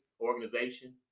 organization